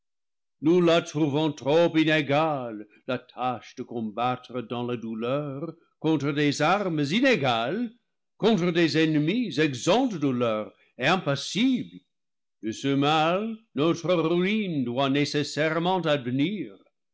nous la trouvons trop inégale la tâche de combattre dans la douleur contre des armes iné gales contre des ennemis exempts de douleur et impassibles de ce mal notre ruine doit nécessairement advenir